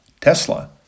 Tesla